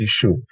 issue